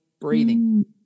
breathing